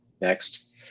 next